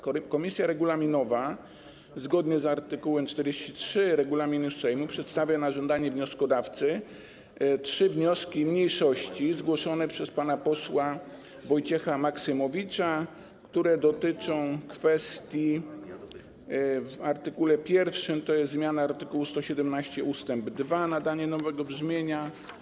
Komisja regulaminowa, zgodnie z art. 43 regulaminu Sejmu, przedstawia na żądanie wnioskodawcy trzy wnioski mniejszości zgłoszone przez pana posła Wojciecha Maksymowicza, które dotyczą następujących kwestii: w art. 1, to jest zmiana art. 117 ust. 2, nadanie nowego brzmienia.